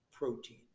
Protein